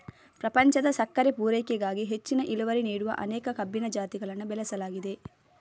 ಪ್ರಪಂಚದ ಸಕ್ಕರೆ ಪೂರೈಕೆಗಾಗಿ ಹೆಚ್ಚಿನ ಇಳುವರಿ ನೀಡುವ ಅನೇಕ ಕಬ್ಬಿನ ಜಾತಿಗಳನ್ನ ಬೆಳೆಸಲಾಗಿದೆ